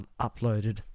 uploaded